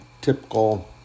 typical